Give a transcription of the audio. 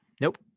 Nope